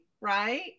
right